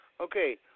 Okay